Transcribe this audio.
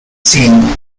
scene